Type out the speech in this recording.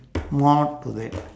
more to that